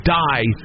die